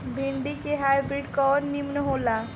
भिन्डी के हाइब्रिड कवन नीमन हो ला?